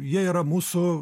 jie yra mūsų